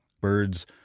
Birds